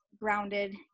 grounded